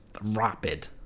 rapid